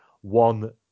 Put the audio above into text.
One